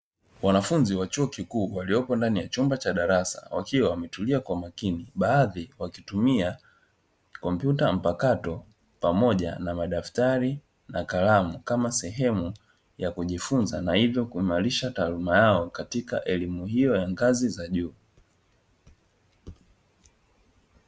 Wanafunzi wa chuo kikuu walioko ndani ya chumba cha darasa, wakiwa wametulia kwa makini; baadhi wakitumia kompyuta mpakato pamoja na madaftari na kalamu, kama sehemu ya kujifunza na hivyo kuimarisha taaluma yao katika elimu hiyo ya ngazi za juu.